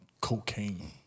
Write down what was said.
cocaine